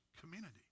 community